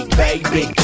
baby